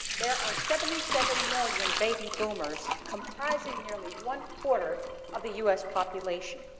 there are seventy seven million baby boomers comprising nearly one quarter of the u s. population.